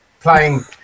playing